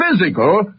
physical